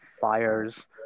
fires